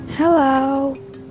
Hello